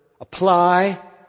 apply